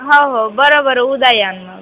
हो हो बरं बरं उद्या या ना मग